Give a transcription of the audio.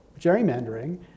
gerrymandering